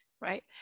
right